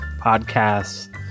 podcasts